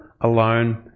alone